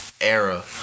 era